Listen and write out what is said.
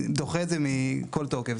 אני דוחה מכל תוקף.